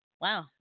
Wow